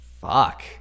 fuck